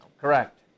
Correct